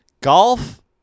Golf